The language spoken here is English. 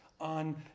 on